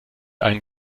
einen